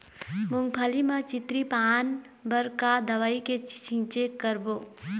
मूंगफली म चितरी पान बर का दवई के छींचे करबो?